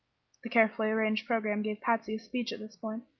the carefully arranged programme gave patsy a speech at this point,